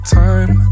time